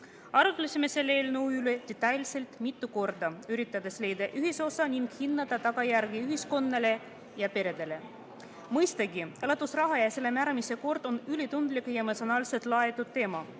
Arutlesime selle eelnõu üle detailselt mitu korda, üritades leida ühisosa ning hinnata tagajärgi ühiskonnale ja peredele. Mõistagi, elatusraha ja selle määramise kord on ülitundlik ja emotsionaalselt laetud teema,